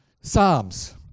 psalms